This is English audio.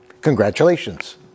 Congratulations